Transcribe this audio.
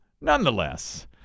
Nonetheless